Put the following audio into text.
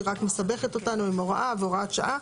היא רק מסבכת אותנו עם הוראה והוראת שעה.